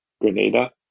Grenada